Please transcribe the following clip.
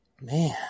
Man